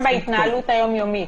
לא, זה מעורבב גם בהתנהלות היום-יומית.